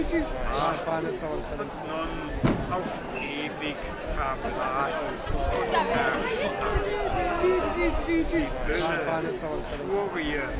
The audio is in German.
und nun auf ewig verblaßt und erstarrt sibylle furie